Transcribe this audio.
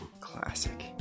Classic